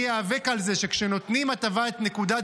אני איאבק על זה שכשנותנים הטבת נקודת